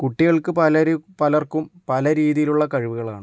കുട്ടികൾക്ക് പലരും പലർക്കും പല രീതിയിലുള്ള കഴിവുകളാണ്